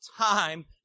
time